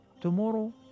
Tomorrow